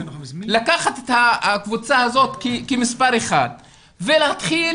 לקחת את הקבוצה הזאת כמספר אחד ולהתחיל